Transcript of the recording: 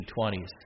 1920s